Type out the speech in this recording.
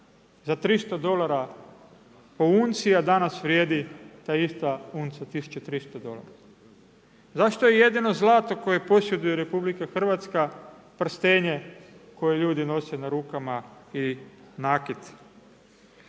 za 300 dolara po unci a danas vrijedi ta ista unca 1300 dolara? Zašto je jedino zlato koje posjeduje RH prstenje koje ljudi nose na rukama i nakit